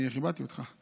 אני כיבדתי אותך.